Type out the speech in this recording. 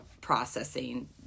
processing